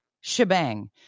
shebang